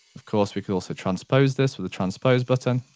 of course, we could also transpose this with the transpose button.